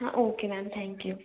हाँ okay ma'am thank you